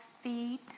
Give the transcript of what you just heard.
feet